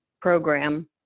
program